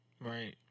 right